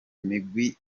migwi